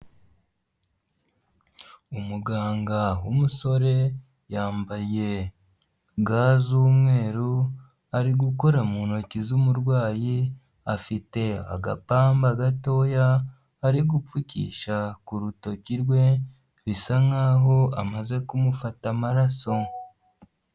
Umuganga w'umusore yambaye ga z'umweru, ari gukora mu ntoki z'umurwayi, afite agapamba gatoya ari gupfukisha ku rutoki rwe, bisa nkaho amaze kumufata amaraso.